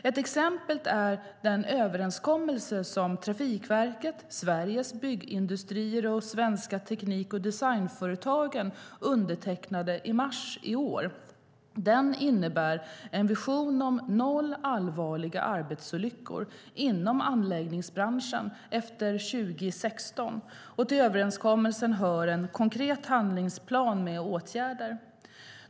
Ett exempel är den överenskommelse som Trafikverket, Sveriges Byggindustrier och Svenska Teknik & Designföretagen undertecknade i mars i år. Den innebär en vision om noll allvarliga arbetsolyckor inom anläggningsbranschen efter år 2016. Till överenskommelsen hör en konkret handlingsplan med åtgärder.